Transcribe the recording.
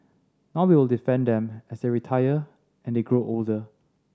now we will defend them as they retire and they grow older